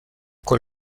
con